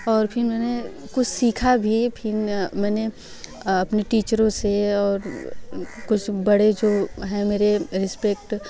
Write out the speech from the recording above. और फिर मैंने कुछ सीखा भी फिर मैंने अपने टीचरों से और कुछ बड़े जो है मेरे रिस्पेक्ट